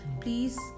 please